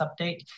update